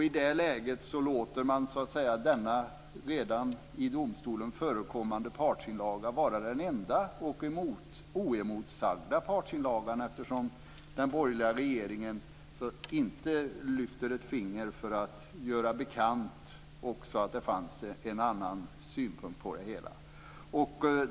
I det läget låter man så att säga denna redan i domstolen förekommande partsinlaga vara den enda och oemotsagda partsinlagan. Den borgerliga regeringen lyfter inte ett finger för att göra bekant också att det fanns en annan synpunkt på det hela.